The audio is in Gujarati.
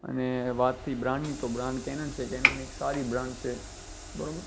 અને વાત થઈ બ્રાંડની તો બ્રાંડ કૅનન છે કૅનન એક સારી બ્રાંડ છે બરાબર